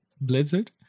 Blizzard